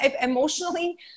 Emotionally